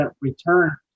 return